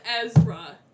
Ezra